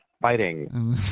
fighting